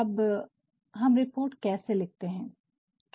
अब हम रिपोर्ट कैसे लिखते हैं